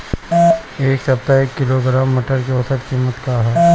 एक सप्ताह एक किलोग्राम मटर के औसत कीमत का ह?